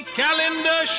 calendar